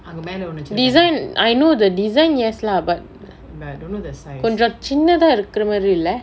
design I know the design yes lah but கொஞ்சோ சின்னதா இருக்குரமாரி இல்ல:konjo sinnatha irukuramari illa